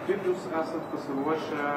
kiek jūs esat pasiruošę